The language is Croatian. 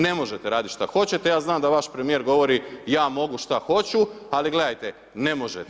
Ne možete radit što hoćete, ja znam da vaš premjer govori ja mogu šta hoću, ali gledajte, ne može.